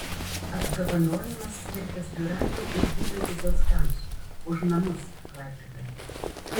apdovanojimas skirtas jūratei ir vidui bizauskams už namus klaipėdoje